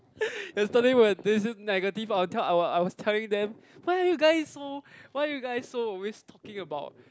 yesterday when they say negative I will tell I will I was telling them why you guys so why you guys so always talking about